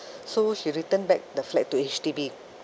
so she return back the flat to H_D_B